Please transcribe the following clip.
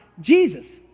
Jesus